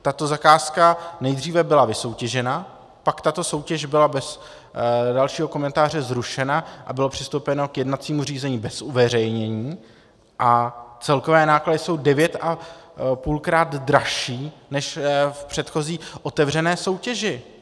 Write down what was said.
Tato zakázka nejdříve byla vysoutěžena, pak tato soutěž byla bez dalšího komentáře zrušena a bylo přistoupeno k jednacímu řízení bez uveřejnění a celkové náklady jsou 9,5krát dražší než v předchozí otevřené soutěži.